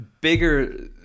bigger